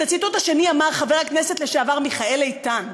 את הציטוט השני אמר חבר הכנסת לשעבר מיכאל איתן.